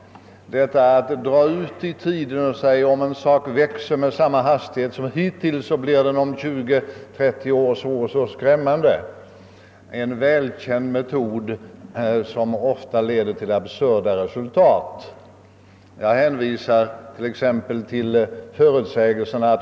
Att dra ut en utveckling i tiden och säga att om en sak växer med samma hastighet som hittills, blir den om 20— 30 år skrämmande stor är: en välkänd metod, som ofta leder till absurda resultat.